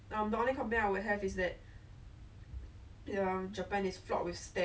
japan was because of the dragon boat I gave up for competition lah so